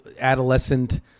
adolescent